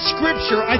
Scripture